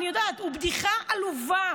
הוא בדיחה עלובה.